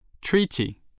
Treaty